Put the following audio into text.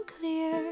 clear